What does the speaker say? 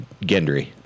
Gendry